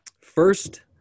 First